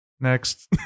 Next